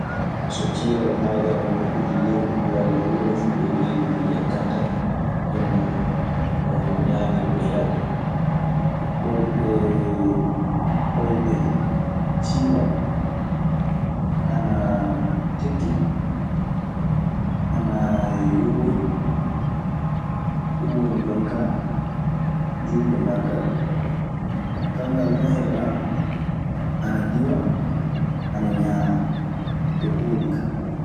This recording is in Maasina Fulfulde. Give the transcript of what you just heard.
So ciilal haajaama ñikkude liingu walla huunde fuu dow leydi. Ndu ñikkan tan, hinno omo ñaamira ɗun yahde. Koolɗe koyɗe ciilal ana tekki, ana yoori. Ɗun woni jon kaa juuɗe maggal. Kanngal tan heɓaa ana diwa an ñaama e pooli kaa.